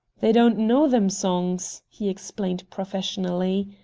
they don't know them songs, he explained professionally.